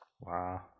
Wow